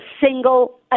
single